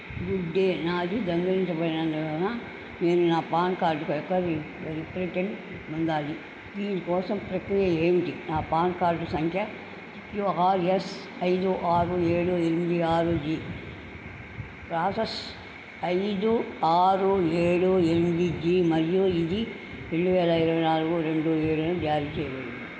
good day నాది దొంగిలించబడినందువలన నేను నా పాన్ కార్డు యొక్క రిప్ రీప్రింట్ని పొందాలి దీని కోసం ప్రక్రియ ఏమిటి నా పాన్ కార్డు సంఖ్య పీక్యుఆర్ఎస్ ఐదు ఆరు ఏడు ఎనిమిది ఆరు జీ ప్రాసస్ ఐదు ఆరు ఏడు ఎనిమిది జీ మరియు ఇది రెండు వేల ఇరవై నాలుగు రెండు ఏడున జారీ చేయబడింది